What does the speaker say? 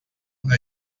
una